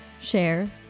share